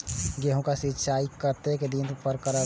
गेहूं का सीचाई कतेक दिन पर करबे?